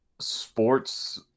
sports